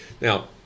Now